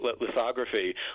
lithography